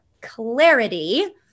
clarity